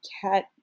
cat